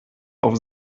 auf